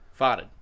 Farted